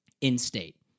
in-state